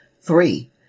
Three